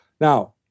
Now